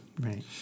Right